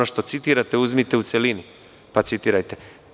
Ono što citirate uzmite u celini, pa citirajte.